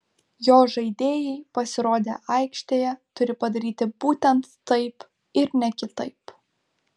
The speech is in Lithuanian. jo žaidėjai pasirodę aikštėje turi padaryti būtent taip ir ne kitaip